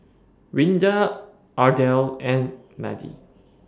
Rinda Ardelle and Madie